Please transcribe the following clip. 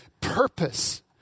purpose